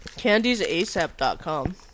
CandiesASAP.com